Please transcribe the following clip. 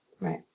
Right